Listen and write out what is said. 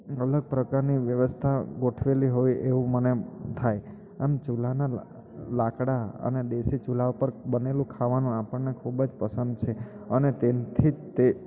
અલગ પ્રકારની વ્યવસ્થા ગોઠવેલી હોય એવું મને થાય એમ ચુલાના લાક લાકડા અને દેશી ચૂલા ઉપર બનેલું ખાવાનું આપણને ખૂબ જ પસંદ છે અને તેથી જ તે